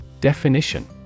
Definition